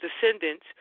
descendants